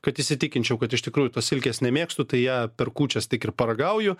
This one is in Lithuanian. kad įsitikinčiau kad iš tikrųjų tos silkės nemėgstu tai ją per kūčias tik ir paragauju